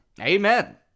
Amen